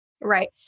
Right